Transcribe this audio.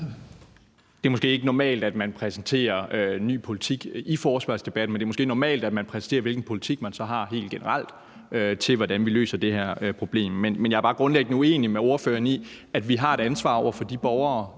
Det er måske ikke normalt, at man præsenterer ny politik i forespørgselsdebatter, men det er måske normalt, at man præsenterer, hvilken politik man så har helt generelt om, hvordan man så løser det her problem. Men jeg er bare grundlæggende uenig med ordføreren i, at vi har et ansvar over for de borgere,